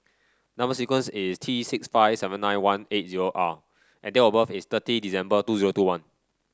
number sequence is T six five seven nine one eight zero R and date of birth is thirty December two zero two one